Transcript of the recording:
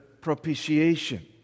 propitiation